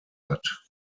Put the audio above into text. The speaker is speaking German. hat